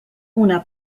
una